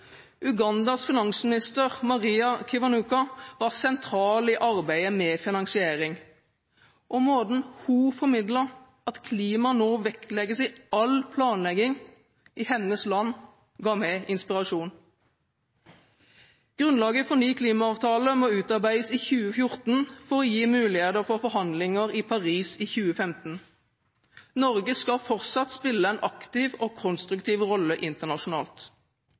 Ugandas finansminister, Maria Kiwanuka, var sentral i arbeidet med finansiering. Måten hun formidlet det på, at klima nå vektlegges i all planlegging i hennes land, ga meg inspirasjon. Grunnlaget for en ny klimaavtale må utarbeides i 2014 for å gi muligheter for forhandlinger i Paris i 2015. Norge skal fortsatt spille en aktiv og konstruktiv rolle internasjonalt.